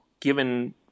given –